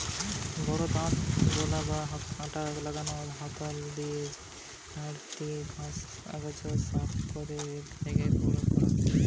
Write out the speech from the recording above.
বড় দাঁতবালা বা কাঁটা লাগানা হাতল দিয়া ঝাড়ু দিকি ঘাস, আগাছা সাফ করিকি এক জায়গায় জড়ো করা হয়